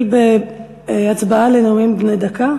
נתחיל בהצבעה על נאומים בני דקה.